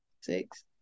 six